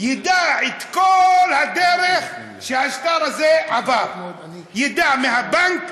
נדע את כל הדרך שהשטר הזה עבר: מהבנק,